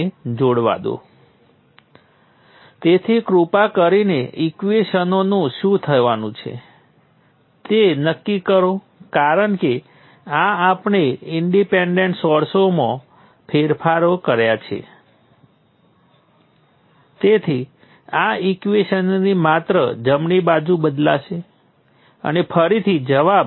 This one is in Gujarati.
બીજી બાજુ જો તમારી પાસે ક્યાં તો V1 અને V2 સાથેનો વોલ્ટેજ સ્રોત છે તો વોલ્ટેજ સ્રોતનો વોલ્ટેજ કોર્સ V1 માંથી V2 બાદ કરીએ તે છે તે આ બે વોલ્ટેજ માટે V1 અને V2 હોવા જોઈએ